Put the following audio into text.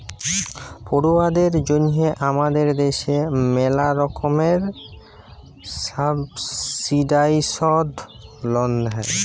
পড়ুয়াদের জন্যহে হামাদের দ্যাশে ম্যালা রকমের সাবসিডাইসদ লন হ্যয়